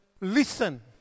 Listen